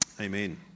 Amen